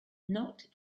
not